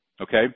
Okay